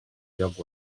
lloc